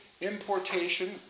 importation